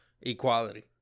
equality